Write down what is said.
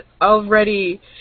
already